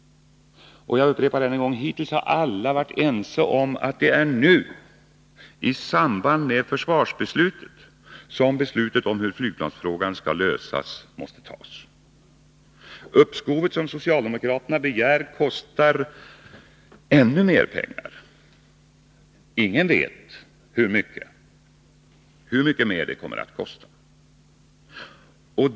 Jag upprepar än en gång: Hittills har alla varit ense om att det är nu, i samband med försvarsbeslutet, som beslutet om hur flygplansfrågan skall lösas måste fattas. Uppskovet som socialdemokraterna begär kostar ännu mer pengar. Ingen vet hur mycket mer det kommer att kosta.